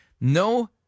no